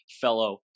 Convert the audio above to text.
fellow